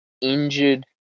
injured